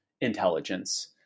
intelligence